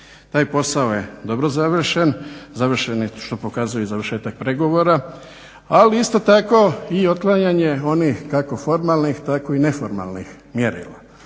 Taj posao je dobro završen što pokazuje i završetak pregovora, ali isto tako i otklanjanje onih kako formalnih tako i neformalnih mjerila.